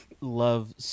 love